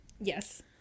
Yes